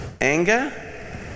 anger